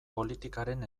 politikaren